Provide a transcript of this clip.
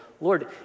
Lord